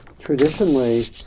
traditionally